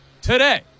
today